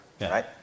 right